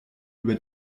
über